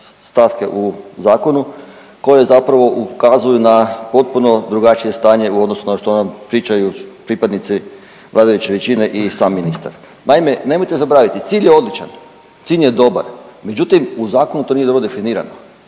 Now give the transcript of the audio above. stavke u zakonu koje zapravo ukazuju na potpuno drugačije stanje u odnosu na što nam pričaju pripadnici vladajuće većine i sam ministar. Naime, nemojte zaboraviti cilj je odličan, cilj je dobar, međutim u zakonu to nije dobro definirano.